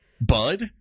bud